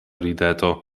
rideto